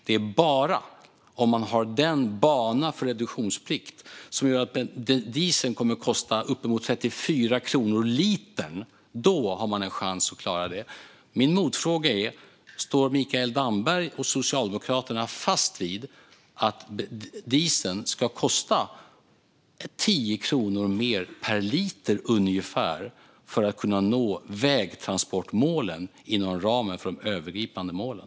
Det är bara om man har en bana för reduktionsplikten som gör att dieseln kommer att kosta uppemot 34 kronor litern som man har en chans att klara det. Min motfråga är: Står Mikael Damberg och Socialdemokraterna fast vid att dieseln ska kosta ungefär 10 kronor mer per liter, för att kunna nå vägtransportmålen inom ramen för de övergripande målen?